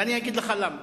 אני אגיד לך למה: